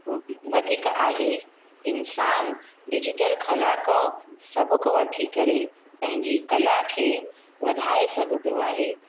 व वधीक आहे इन्सानु डिजिटल कला खां सबकु वठी करे पंहिंजी कला खे वधाए सघंदो आहे